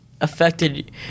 affected